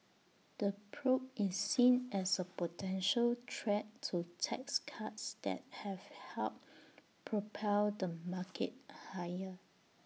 the probe is seen as A potential threat to tax cuts that have helped propel the market higher